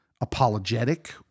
apologetic